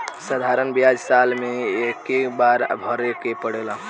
साधारण ब्याज साल मे एक्के बार भरे के पड़ेला